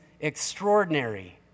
extraordinary